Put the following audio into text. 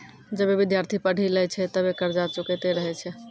जबे विद्यार्थी पढ़ी लै छै तबे कर्जा चुकैतें रहै छै